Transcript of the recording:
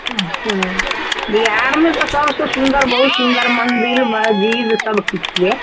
अच्छा बिहारमे तऽ सबसँ सुन्दर बहुत सुन्दर मन्दिर मसजिद सबकिछु अइ